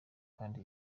kandi